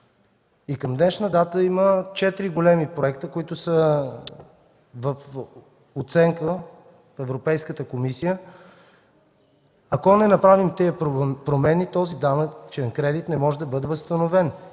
Към днешна дата има четири големи проекта, които са в оценка в Европейската комисия. Ако не направим промените, този данъчен кредит не може да бъде възстановен